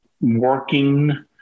Working